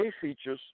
features